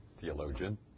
theologian